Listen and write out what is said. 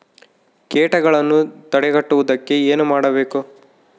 ಕೇಟಗಳನ್ನು ತಡೆಗಟ್ಟುವುದಕ್ಕೆ ಏನು ಮಾಡಬೇಕು?